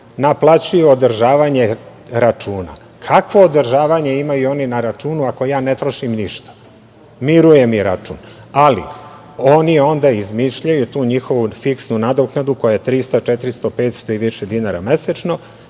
naplaćuju održavanje računa. Kakvo održavanje oni imaju na računu ako ja ne trošim ništa? Miruje mi račun, ali oni onda izmišljaju tu njihovu fiksnu nadoknadu koja je 300,400,500 i više dinara mesečno